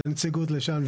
מהנציגות לשם.